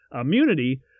Immunity